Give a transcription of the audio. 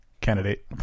candidate